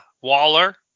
Waller